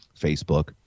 Facebook